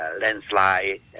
Landslide